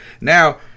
Now